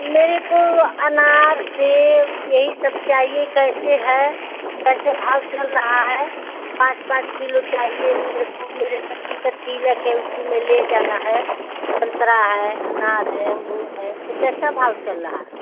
मेरे को अनार सेब यही सब चाहिए कैसे है किस भाव चल रहा है पाँच पाँच किलो चाहिए मेरे को मेरे लड़की का तिलक है उसी में ले जाना है संतरा है अनार है अंगूर है कैसा भाव चल रहा है